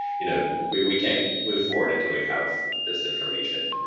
you know we we can't move forward until we have this information.